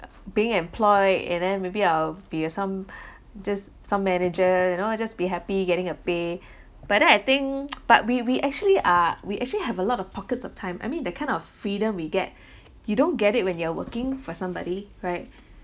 being employed and then maybe I'll be uh some just some manager you know I just be happy getting a pay but then I think but we we actually are we actually have a lot of pockets of time I mean that kind of freedom we get you don't get it when you are working for somebody right